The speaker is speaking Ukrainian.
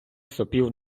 сопів